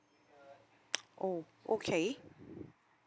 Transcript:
oh okay